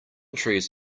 trees